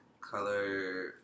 color